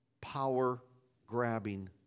power-grabbing